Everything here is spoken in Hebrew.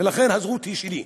ולכן הזכות היא שלי.